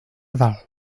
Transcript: dalt